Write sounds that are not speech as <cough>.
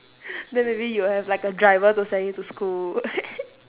then maybe you would have like a driver to send you to school <laughs>